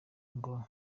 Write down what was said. ngo